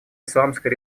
исламской